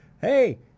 Hey